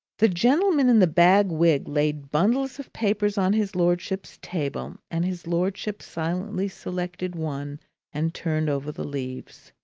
the gentleman in the bag wig laid bundles of papers on his lordship's table, and his lordship silently selected one and turned over the leaves.